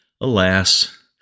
Alas